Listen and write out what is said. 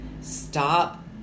stop